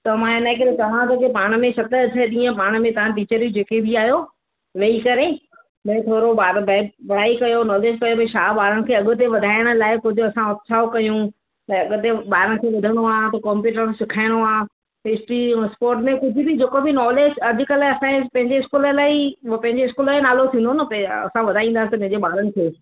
त मां हिन जे करे चवां थो की पाण में सत अठ ॾींहं पाण में तव्हां टीचरूं जेके बि आयो वेही करे भई थोरो ॿार भई पढ़ाई कयो नॉलेज कयो भई छा ॿारनि खे अॻिते वधाइण लाइ कुझु असां उत्सव कयूं ऐं अॻिते ॿारनि खे वधिणो आहे त कॉम्प्युटर सिखाइणो आहे हिस्ट्री ऐं स्पोट में कुझु बि जेको बि नॉलेज अॼुकल्ह असांजे पंहिंजे इस्कूल लाइ ई पंहिंजे इस्कूल जो नालो थींदो न पे असां वधाईंदासीं पंहिंजे ॿारनि खे